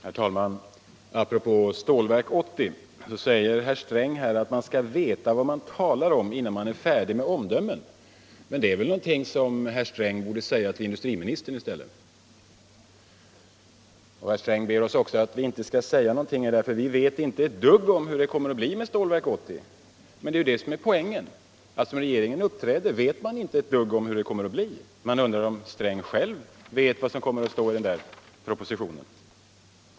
Herr talman! Apropå Stålverk 80 säger herr Sträng att man skall veta vad man talar om innan man är färdig med omdömen. Men det är väl någonting som herr Sträng borde säga till industriministern i stället! Herr Sträng hävdar att vi inte skall säga någonting därför att vi inte vet ett dugg om hur det kommer att bli med Stålverk 80. Men det är ju det som är poängen. Som regeringen uppträder vet man inte ett dugg om hur det kommer att bli. Man undrar om herr Sträng själv vet vad det kommer att stå i propositionen.